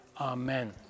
amen